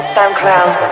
SoundCloud